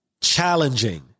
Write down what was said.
Challenging